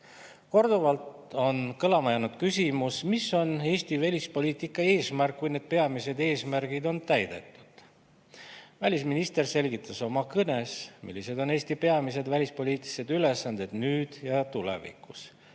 Korduvalt on kõlama jäänud küsimus, mis on Eesti välispoliitika eesmärk siis, kui need peamised eesmärgid on täidetud. Välisminister selgitas oma kõnes, millised on Eesti peamised välispoliitilised ülesanded nüüd ja tulevikus.